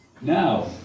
Now